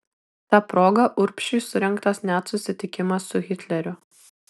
ta proga urbšiui surengtas net susitikimas su hitleriu